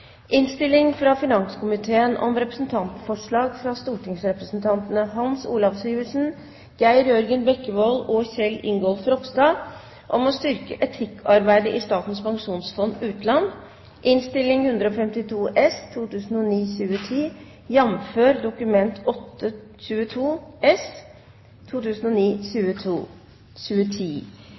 innstilling og forslag nr. 1, fra Fremskrittspartiet. Forslaget lyder: «Dokument 8:22 S – representantforslag fra stortingsrepresentantene Hans Olav Syversen, Geir Jørgen Bekkevold og Kjell Ingolf Ropstad om å styrke etikkarbeidet i Statens pensjonsfond – Utland